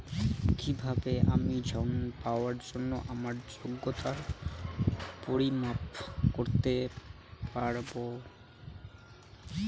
কিভাবে আমি ঋন পাওয়ার জন্য আমার যোগ্যতার পরিমাপ করতে পারব?